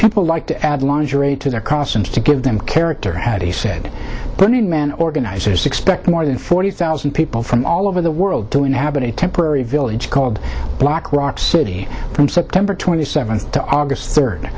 people like to add lingerie to their costumes to give them a character out he said burning man organizers expect more than forty thousand people from all over the world to inhabit a temporary village called black rock city from september twenty seventh to august third